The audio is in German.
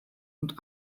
und